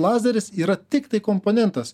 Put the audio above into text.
lazeris yra tiktai komponentas